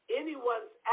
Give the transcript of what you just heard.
anyone's